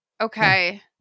Okay